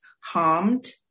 harmed